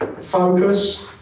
Focus